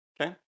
Okay